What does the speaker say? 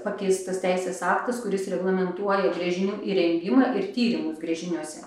pakeistas teisės aktas kuris reglamentuoja gręžinių įrengimą ir tyrimus gręžiniuose